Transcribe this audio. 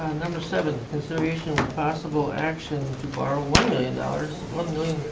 number seven. consideration of possible action to borrow one million dollars, one million